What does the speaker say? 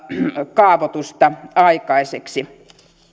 kaavoitusta aikaiseksi